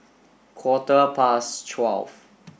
quarter past twelve